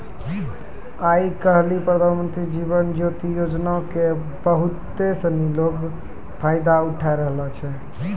आइ काल्हि प्रधानमन्त्री जीवन ज्योति योजना के बहुते सिनी लोक फायदा सेहो उठाय रहलो छै